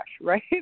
right